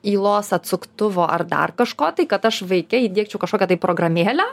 ylos atsuktuvo ar dar kažko tai kad aš vaike įdiegčiau kažkokią programėlę